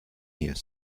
here